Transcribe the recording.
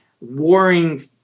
warring